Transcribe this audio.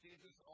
Jesus